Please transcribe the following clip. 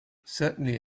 certainly